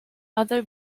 other